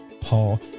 Paul